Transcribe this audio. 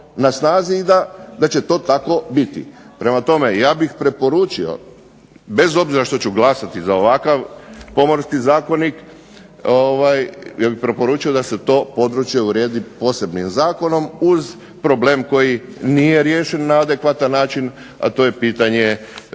na snazi i da će to tako biti. Prema tome ja bih preporučio, bez obzira što ću glasati za ovakav pomorski zakonik, ja bih preporučio da se to područje uredi posebnim zakonom uz problem koji nije riješen na adekvatan način, a to je pitanje